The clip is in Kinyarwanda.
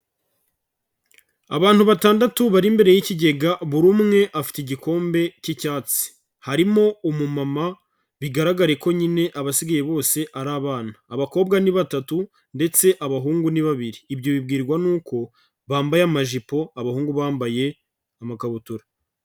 Abantu batandatu bari imbere y'ikigega, buri umwe afite igikombe k'icyatsi, harimo umumama, bigaragare ko nyine abasigaye bose ari abana, abakobwa ni batatu ndetse abahungu ni babiri, ibyo ubibwirwa n'uko bambaye amajipo, abahungu bambaye amakabutura.